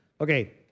Okay